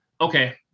okay